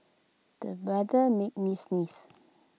the weather made me sneeze